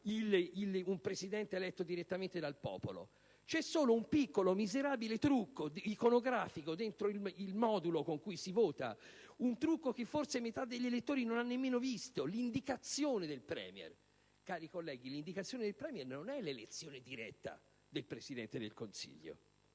un Presidente eletto direttamente dal popolo? C'è un solo piccolo e miserabile trucco iconografico nel modulo con cui si vota, un trucco che forse metà degli elettori non ha nemmeno visto: l'indicazione del *Premier*. Cari colleghi, l'indicazione del *Premier* non è l'elezione diretta del Presidente del Consiglio.